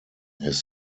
his